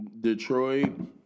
Detroit